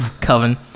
coven